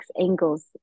angles